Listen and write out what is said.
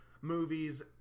movies